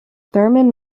thurman